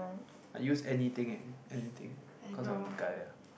I use anything eh anything cause I am a guy ah